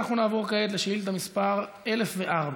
נעבור כעת לשאילתה מס' 1004,